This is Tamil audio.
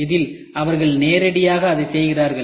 இதில் அவர்கள் நேரடியாக அதை செய்கிறார்கள்